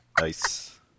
Nice